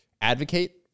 advocate